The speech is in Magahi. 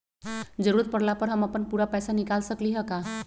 जरूरत परला पर हम अपन पूरा पैसा निकाल सकली ह का?